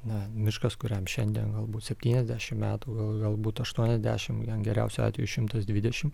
na miškas kuriam šiandien galbūt septyniasdešimt metų gal galbūt aštuoniasdešimt jam geriausiu atveju šimtas dvidešimt